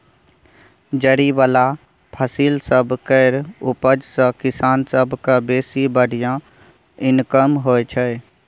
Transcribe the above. जरि बला फसिल सब केर उपज सँ किसान सब केँ बेसी बढ़िया इनकम होइ छै